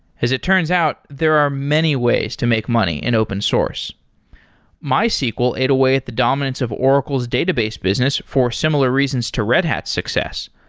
as it turns out, there are many ways to make money in open source mysql aid away at the dominance of oracle's database business for similar reasons to hat's success.